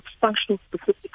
functional-specific